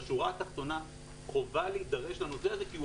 בשורה התחתונה חובה להידרש לנושא הזה כי הוא